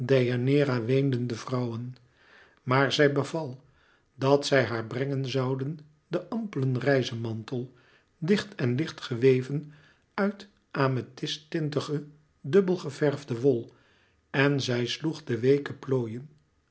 weenden de vrouwen maar zij beval dat zij haar brengen zouden den ampelen reizemantel dicht en licht geweven uit amethysttintige dubbel geverfde wol en zij sloeg de weeke plooien